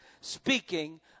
speaking